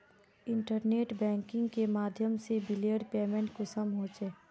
Internet banking के माध्यम से बिलेर पेमेंट कुंसम होचे?